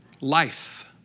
Life